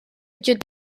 jutjats